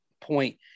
point